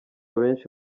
benshi